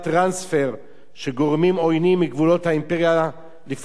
של גורמים עוינים מגבולות האימפריה לפנים הארץ.